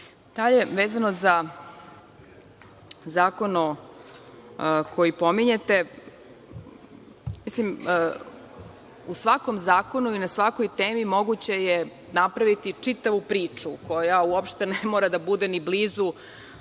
vezano za zakon koji pominjete, mislim, u svakom zakonu i na svakoj temi moguće je napraviti čitavu priču koja uopšte ne mora da bude ni blizu,